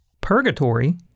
Purgatory